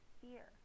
fear